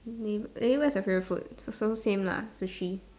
name eh what's your favourite food so same lah sushi